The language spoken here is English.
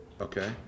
Okay